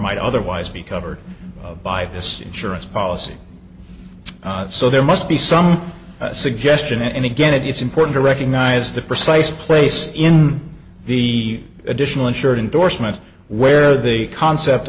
might otherwise be covered by this insurance policy so there must be some suggestion and again it's important to recognize the precise place in the additional insured indorsement where the concept